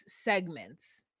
segments